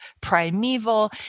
primeval